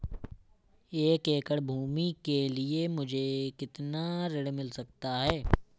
एक एकड़ भूमि के लिए मुझे कितना ऋण मिल सकता है?